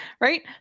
right